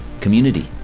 community